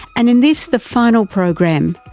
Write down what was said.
and in this, the final program,